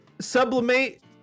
sublimate